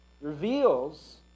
reveals